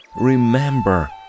remember